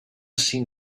seen